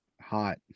Hot